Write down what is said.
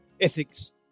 Ethics